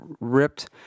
ripped